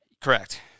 Correct